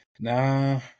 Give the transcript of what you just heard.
Nah